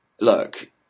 Look